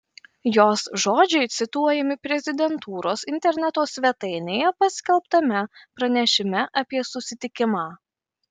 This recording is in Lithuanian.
jos žodžiai cituojami prezidentūros interneto svetainėje paskelbtame pranešime apie susitikimą